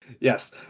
Yes